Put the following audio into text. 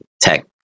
tech